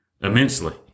immensely